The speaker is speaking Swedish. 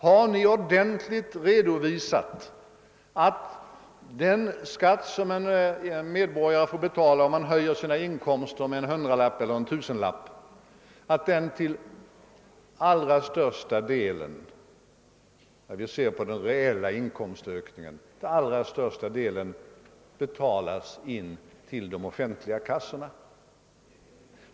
Har ni ordentligt redovisat att en medborgare som höjer sina inkomster med en hundralapp eller en tusenlapp får betala in allra största delen av den reella inkomsthöjningen till de offentliga kassorna?